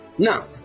Now